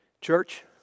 church